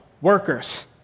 workers